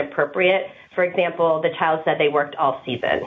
appropriate for example the child said they worked all season